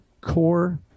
core